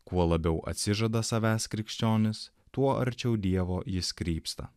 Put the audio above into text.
kuo labiau atsižada savęs krikščionis tuo arčiau dievo jis krypsta